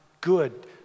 good